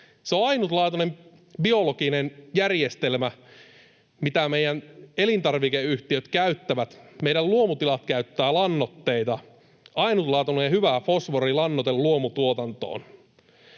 Se on ainutlaatuinen biologinen järjestelmä, mitä meidän elintarvikeyhtiöt käyttävät. Meidän luomutilat käyttävät lannoitteita, ja tämä ainutlaatuinen, hyvä fosforilannoite luomutuotantoon.